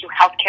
healthcare